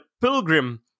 pilgrim